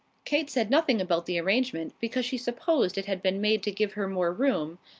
kate said nothing about the arrangement, because she supposed it had been made to give her more room,